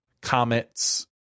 comets